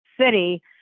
city